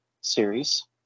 series